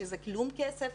שזה כלום כסף,